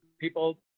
people